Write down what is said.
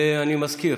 ואני מזכיר: